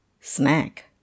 snack